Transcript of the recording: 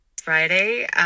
Friday